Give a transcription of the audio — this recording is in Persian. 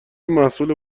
محصول